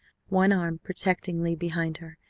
one arm protectingly behind her,